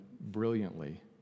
brilliantly